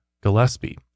Gillespie